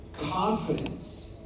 confidence